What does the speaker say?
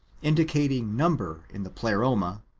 indicating number in the pleroma,